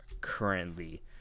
currently